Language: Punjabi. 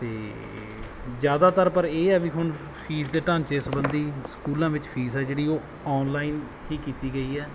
ਅਤੇ ਜ਼ਿਆਦਾਤਰ ਪਰ ਇਹ ਹੈ ਵੀ ਹੁਣ ਫੀਸ ਦੇ ਢਾਂਚੇ ਸੰਬੰਧੀ ਸਕੂਲਾਂ ਵਿੱਚ ਫੀਸ ਆ ਜਿਹੜੀ ਉਹ ਅੋਨਲਾਈਨ ਹੀ ਕੀਤੀ ਗਈ ਹੈ